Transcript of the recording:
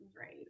right